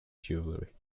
jewellery